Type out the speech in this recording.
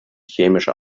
chemische